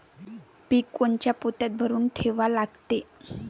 पीक कोनच्या पोत्यात भरून ठेवा लागते?